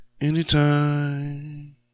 Anytime